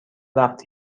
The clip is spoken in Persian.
وقت